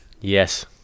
Yes